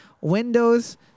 Windows